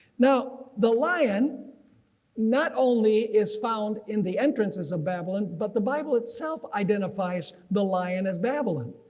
now the lion not only is found in the entrances of babylon but the bible itself identifies the lion as babylon.